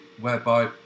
whereby